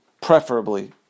preferably